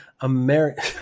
American